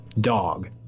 Dog